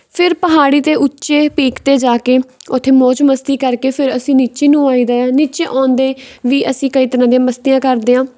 ਫਿਰ ਪਹਾੜੀ 'ਤੇ ਉੱਚੇ ਪੀਕ 'ਤੇ ਜਾ ਕੇ ਉੱਥੇ ਮੌਜ ਮਸਤੀ ਕਰਕੇ ਫਿਰ ਅਸੀਂ ਨੀਚੇ ਨੂੰ ਆਈਦਾ ਹੈ ਆ ਨੀਚੇ ਆਉਂਦੇ ਵੀ ਅਸੀਂ ਕਈ ਤਰ੍ਹਾਂ ਦੀਆਂ ਮਸਤੀਆਂ ਕਰਦੇ ਹਾਂ